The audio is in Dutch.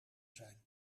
zijn